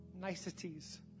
niceties